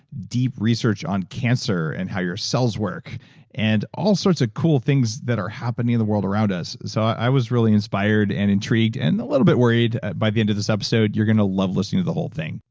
deep research on cancer and how your cells work and all sorts of cool things that are happening in the world around us. so i was really inspired and intrigued and a little bit worried by the end of this episode. you're going to love listening to the whole thing.